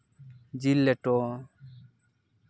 ᱡᱤᱞ ᱞᱮᱴᱚ